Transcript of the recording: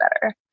better